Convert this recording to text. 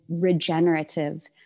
regenerative